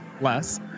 less